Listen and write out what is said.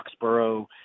Foxborough